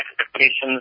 expectations